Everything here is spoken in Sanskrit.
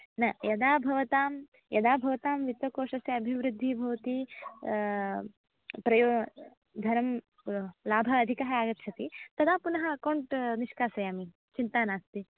न यदा भवतां यदा भवतां वित्तकोशस्य अभिवृद्धिः भवति प्रयो धर् लाभः अधिकः आगच्छति तदा पुनः अकौण्ट् निष्कासयामि चिन्ता नास्ति